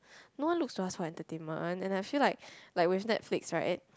no one looks to us for entertainment and I feel like like with Netflix right at